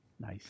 nice